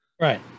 Right